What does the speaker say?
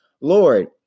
Lord